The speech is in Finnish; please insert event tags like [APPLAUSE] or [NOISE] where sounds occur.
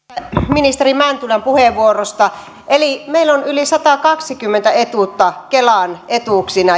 ministeri mäntylän puheenvuorosta eli meillä on yli satakaksikymmentä etuutta kelan etuuksina [UNINTELLIGIBLE]